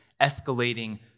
escalating